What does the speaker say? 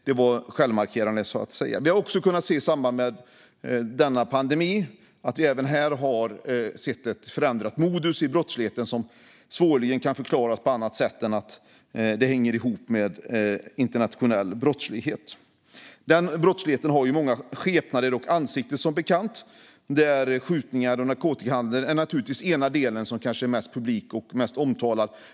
Det var självmarkerande. Även i samband med denna pandemi har vi sett ett förändrat modus i brottsligheten som svårligen kan förklaras på annat sätt än att det hänger ihop med internationell brottslighet. Den brottsligheten har som bekant många skepnader och ansikten. Skjutningar och narkotikahandel är den del som är kanske mest publik och omtalad.